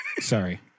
Sorry